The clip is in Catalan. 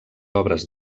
obres